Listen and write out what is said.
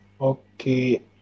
Okay